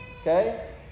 Okay